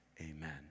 Amen